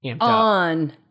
on